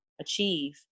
achieve